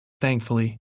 thankfully